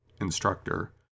instructor